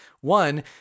one